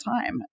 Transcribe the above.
time